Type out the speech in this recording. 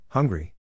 Hungry